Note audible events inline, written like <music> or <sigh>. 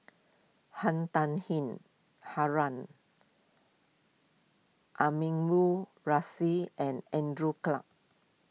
Han Tan <unintelligible> Harun Aminurrashid and Andrew Clarke